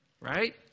right